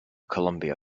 columbia